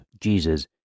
Jesus